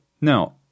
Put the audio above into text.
Now